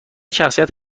شخصیت